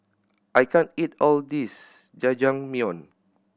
I can't eat all of this Jajangmyeon